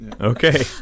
Okay